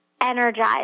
energized